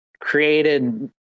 created